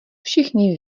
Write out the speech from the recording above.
všichni